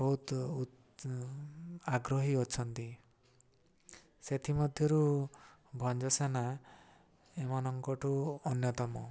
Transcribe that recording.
ବହୁତ ଆଗ୍ରହୀ ଅଛନ୍ତି ସେଥିମଧ୍ୟରୁ ଭଞ୍ଜସେନା ଏମାନଙ୍କଠୁ ଅନ୍ୟତମ